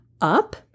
up